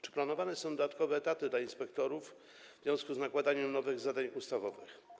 Czy planowane są dodatkowe etaty dla inspektorów w związku z nakładaniem nowych zadań ustawowych?